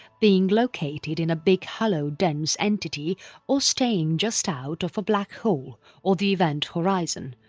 being located in a big hollow dense entity or staying just out of a black hole or the event horizon,